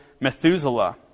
Methuselah